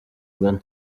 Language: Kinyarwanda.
ugana